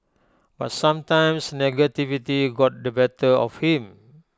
but sometimes negativity got the better of him